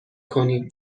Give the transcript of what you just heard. کنیم